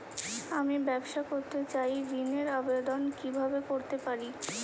আমি ব্যবসা করতে চাই ঋণের আবেদন কিভাবে করতে পারি?